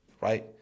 right